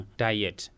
diet